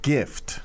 Gift